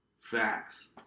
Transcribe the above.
Facts